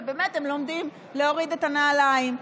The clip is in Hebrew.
ובאמת הם לומדים להוריד את הנעליים,